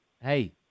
Hey